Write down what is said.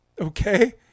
okay